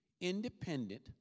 independent